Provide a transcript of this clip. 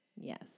Yes